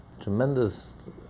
tremendous